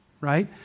right